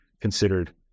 considered